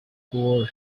poor